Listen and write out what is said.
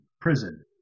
prison